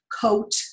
coat